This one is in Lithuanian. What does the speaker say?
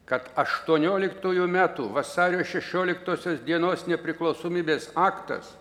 kad aštuonioliktųjų metų vasario šešioliktosios dienos nepriklausomybės aktas